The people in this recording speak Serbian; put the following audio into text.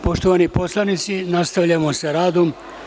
Poštovani poslanici, nastavljamo sa radom.